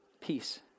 peace